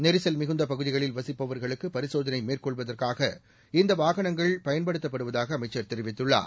நெரிசல் மிகுந்தபகுதிகளில் வசிப்பவர்களுக்குபரிசோதனைமேற்கொள்வதற்காக இந்தவாகனங்கள் பயன்படுத்தப்படுவதாகஅமைச்சர் தெரிவித்துள்ளார்